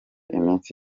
iminsi